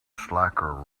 slacker